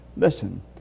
Listen